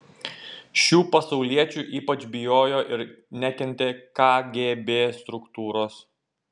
šių pasauliečių ypač bijojo ir nekentė kgb struktūros